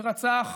ורצח